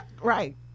Right